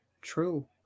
True